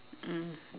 mm